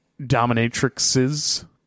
dominatrixes